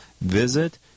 visit